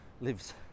lives